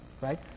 right